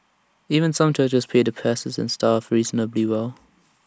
even some churches pay the pastors and staff reasonably well